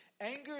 Anger